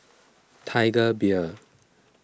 Tiger Beer